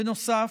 בנוסף,